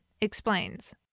explains